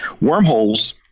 Wormholes